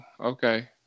Okay